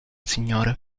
signore